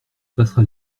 passera